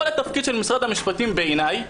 כל התפקיד של משרד המשפטים בעיניי,